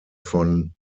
von